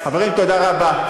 חברים, תודה רבה.